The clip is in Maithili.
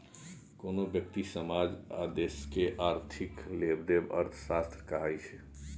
कोनो ब्यक्ति, समाज आ देशक आर्थिक लेबदेब अर्थशास्त्र कहाइ छै